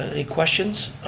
and any questions?